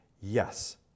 Yes